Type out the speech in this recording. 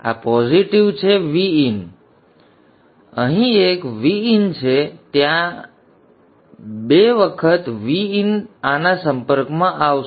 આ પોઝિટીવ છે Vin આ પોઝિટીવ હશે Vin તેથી અહીં એક Vin છે અને ત્યાંની Vin છે તેથી તે બે વખત Vin આના સંપર્કમાં આવશે